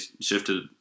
shifted